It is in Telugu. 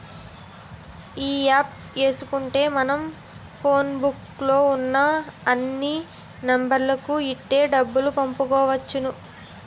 ఈ యాప్ ఏసుకుంటే మనం ఫోన్ బుక్కు లో ఉన్న అన్ని నెంబర్లకు ఇట్టే డబ్బులు పంపుకోవచ్చు